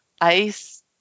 ice